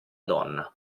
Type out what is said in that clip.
donna